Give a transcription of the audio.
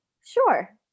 Sure